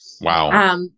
Wow